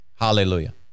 Hallelujah